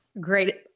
Great